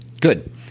Good